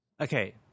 Okay